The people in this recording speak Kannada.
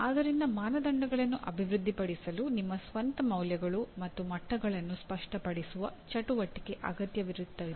ಆದ್ದರಿಂದ ಮಾನದಂಡಗಳನ್ನು ಅಭಿವೃದ್ಧಿಪಡಿಸಲು ನಿಮ್ಮ ಸ್ವಂತ ಮೌಲ್ಯಗಳು ಮತ್ತು ಮಟ್ಟಗಳನ್ನು ಸ್ಪಷ್ಟಪಡಿಸುವ ಚಟುವಟಿಕೆ ಅಗತ್ಯವಾಗಿರುತ್ತದೆ